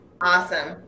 Awesome